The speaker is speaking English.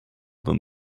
than